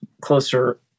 closer